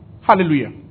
Hallelujah